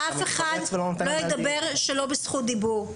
אף אחד לא ידבר שלא בזכות דיבור.